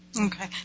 Okay